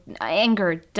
anger